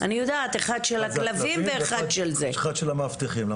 אחד של הכלבים ואחד של המאבטחים.